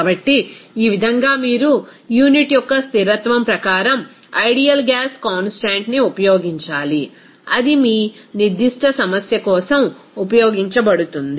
కాబట్టి ఈ విధంగా మీరు యూనిట్ యొక్క స్థిరత్వం ప్రకారం ఐడియల్ గ్యాస్ కాన్స్టాంట్ ని ఉపయోగించాలి అది మీ నిర్దిష్ట సమస్య కోసం ఉపయోగించబడుతుంది